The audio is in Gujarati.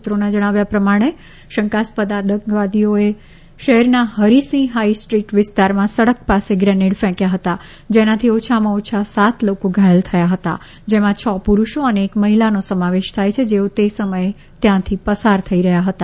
સૂત્રોના જણાવ્યા પ્રમાણે શંકાસ્પદ આતંકવાદીઓએ શહેરના હરિસિંહ હાઇ સ્ટ્રીટ વિસ્તારમાં સડક પાસે ગ્રેનેડ ફેંક્યા હતા જેનાથી ઓછામાં ઓછા સાત લોકો ઘાયલ થયા હતા જેમાં છ પુરૂષો અને એક મહિલાનો સમાવેશ થાય છે જેઓ તે સમયે ત્યાંથી પસાર થઇ રહ્યા હતા